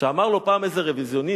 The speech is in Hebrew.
שאמר לו פעם איזה רוויזיוניסט,